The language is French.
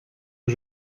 que